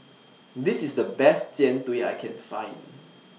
This IS The Best Jian Dui that I Can Find